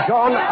John